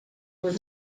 was